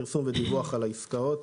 פרסום ודיווח על עסקאות),